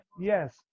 yes